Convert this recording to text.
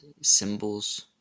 symbols